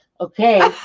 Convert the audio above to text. Okay